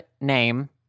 name